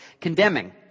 condemning